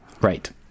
Right